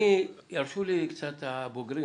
ירשו לי קצת הבוגרים,